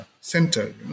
center